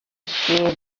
shear